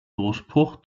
durchbruch